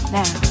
now